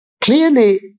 Clearly